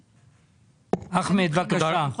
אחמד, בבקשה.